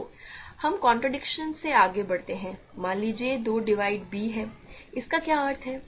तो हम कॉन्ट्रडिक्शन से आगे बढ़ते हैं मान लीजिए 2 डिवाइड b है इसका क्या अर्थ है